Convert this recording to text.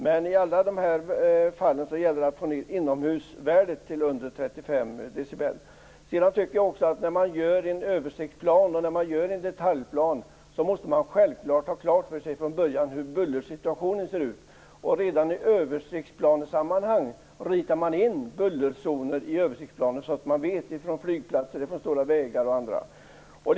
Men i alla dessa fall gäller inomhusvärdet under 35 Vidare tycker jag att när man gör en översiktsplan och en detaljplan måste man från början ha klart för sig hur bullersituationen ser ut och redan i översiktsplansammanhang rita in bullerzoner så att man vet var det finns stora flygplatser, vägar osv.